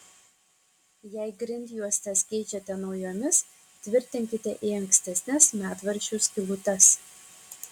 jei grindjuostes keičiate naujomis tvirtinkite į ankstesnes medvaržčių skylutes